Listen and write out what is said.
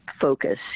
focus